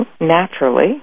naturally